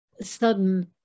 sudden